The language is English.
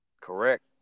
Correct